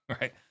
right